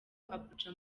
abuja